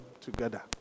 together